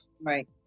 Right